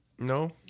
No